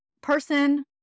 person